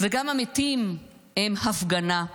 / וגם המתים הם הפגנה.